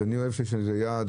אני אוהב שיש איזשהו יעד.